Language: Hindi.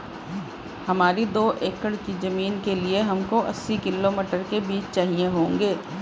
हमारी दो एकड़ की जमीन के लिए हमको अस्सी किलो मटर के बीज चाहिए होंगे